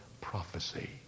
prophecy